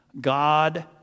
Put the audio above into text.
God